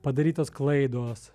padarytos klaidos